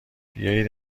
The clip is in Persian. بیایید